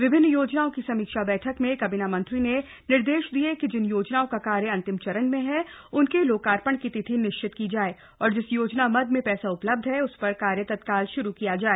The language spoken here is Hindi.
विभिन्न योजनाओं की समीक्षा बैठक में काबीना मंत्री ने निर्देश दिये कि जिन योजनाओं का कार्य अन्तिम चरण में है उनके लोकार्पण की तिथि निश्चित की जाय औऱ जिस योजना मद में पैसा उपलब्ध है उस पर कार्य तत्काल शुरू कराया जाए